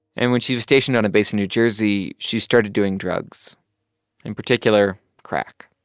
and when she was stationed on a base in new jersey, she started doing drugs in particular, crack.